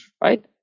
Right